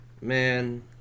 Man